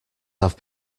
have